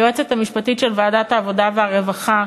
היועצת המשפטית של ועדת העבודה והרווחה,